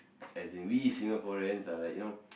as in we Singaporeans are like you know